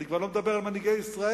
אני כבר לא מדבר על מנהיגי ישראל,